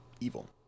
evil